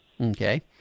Okay